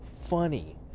funny